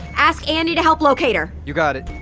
ask andi to help locate her you got it